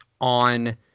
on –